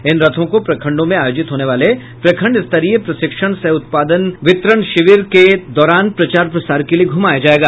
इन रथों को प्रखंडों में आयोजित होने वाले प्रखंड स्तरीय प्रशिक्षण सह उपादान वितरण शिविर के दौरान प्रचार प्रसार के लिए घुमाया जायेगा